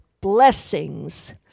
blessings